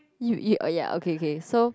you oh ya okay k so